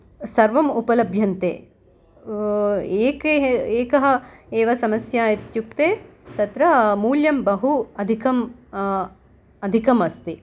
सर्वम् उपलभ्यन्ते एका एव समम्या इत्युक्ते तत्र मूल्यं बहु अधिकम् अधिकम् अस्ति